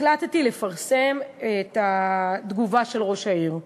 החלטתי לפרסם את התגובה של ראש העיר.